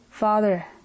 Father